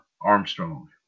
Armstrong